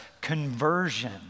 conversion